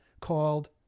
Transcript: called